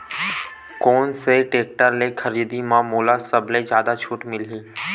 कोन से टेक्टर के खरीदी म मोला सबले जादा छुट मिलही?